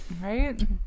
Right